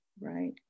right